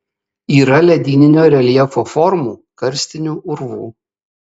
yra ledyninio reljefo formų karstinių urvų